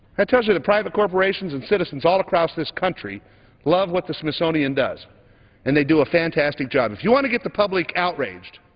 that tells you the private corporations and citizens all across this country love what the smithsonian does and they do a fantastic job. if you want to get the public outraged,